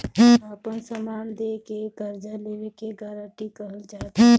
आपन समान दे के कर्जा लेवे के गारंटी कहल जात हवे